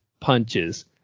punches